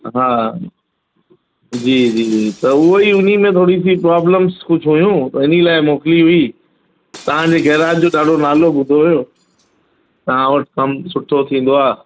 हा जी जी त उहो ई उन में थोरी सी प्रोब्लम्स कुझु हुयूं त उन लाइ त इन लाइ मोकिली हुई तव्हां जे गैराज जो ॾाढो नालो ॿुधो हुयो तव्हां वटि कमु सुठो थींदो आहे